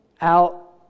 Out